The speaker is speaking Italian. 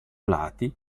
lati